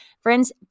friends